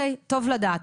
טוב לדעת.